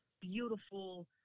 beautiful